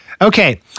Okay